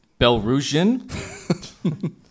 Belarusian